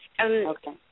Okay